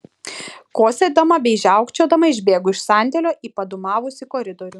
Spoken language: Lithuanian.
kosėdama bei žiaukčiodama išbėgu iš sandėlio į padūmavusį koridorių